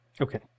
Okay